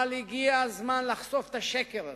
אבל הגיע הזמן לחשוף את השקר הזה.